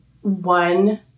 one